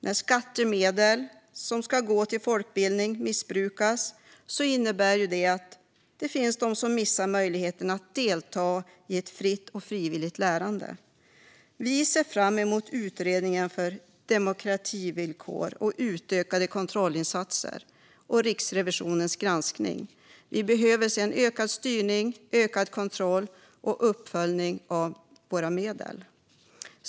När skattemedel som ska gå till folkbildning missbrukas innebär det att det finns de som missar möjligheten att delta i ett fritt och frivilligt lärande. Vi ser fram emot utredningen av demokrativillkor och utökade kontrollinsatser och Riksrevisionens granskning. Vi behöver se ökad styrning, ökad kontroll och uppföljning av våra medel.